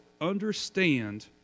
understand